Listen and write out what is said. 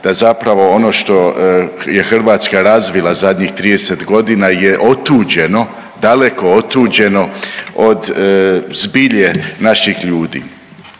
da zapravo ono što je Hrvatska razvila zadnjih 30 godina je otuđeno, daleko otuđeno od zbilje naših ljudi.